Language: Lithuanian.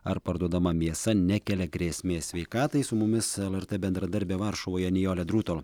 ar parduodama mėsa nekelia grėsmės sveikatai su mumis lrt bendradarbė varšuvoje nijolė drūto